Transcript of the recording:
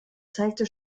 zeigte